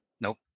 Nope